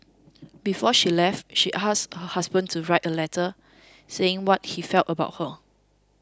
before she left she asked her husband to write a letter saying what he felt about her